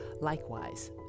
Likewise